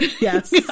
yes